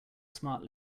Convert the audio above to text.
smart